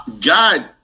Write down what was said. God